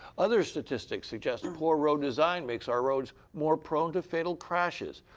other statistics suggest poor road design makes our roads more prone to fatal crashes.